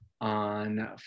on